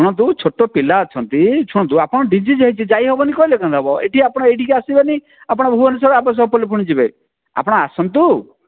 ଶୁଣନ୍ତୁ ଛୋଟ ପିଲା ଅଛନ୍ତି ଶୁଣନ୍ତୁ ଆପଣ ଡ଼ିଜିଜ୍ ହେଇଛି ଯାଇହେବନି କହିଲେ କେମିତି ହେବ ଏଠି ଆପଣ ଏଇଠିକି ଆସିବେନି ଆପଣ ଭୁବନେଶ୍ବର ଆବଶ୍ୟକ ପଡ଼ିଲେ ପୁଣି ଯିବେ ଆପଣ ଆସନ୍ତୁ